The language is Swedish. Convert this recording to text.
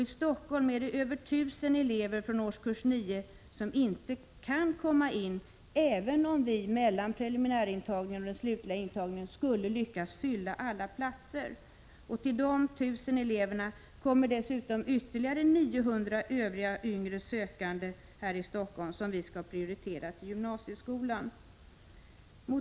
I Stockholm är det över 1 000 elever från årskurs 9 som inte kan komma in, även om vi mellan preliminärintagningen och den slutliga intagningen skulle lyckas fylla alla platser. Till dessa 1 000 elever kommer ytterligare 900 övriga yngre sökande som vi skall prioritera till gymnasieskolan här i Stockholm.